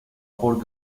por